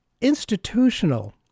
institutional